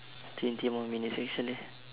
twenty more minutes actually